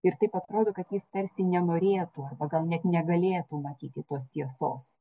ir taip atrodo kad jis tarsi nenorėtų arba gal net negalėtų matyti tos tiesos